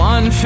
One